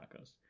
tacos